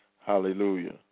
Hallelujah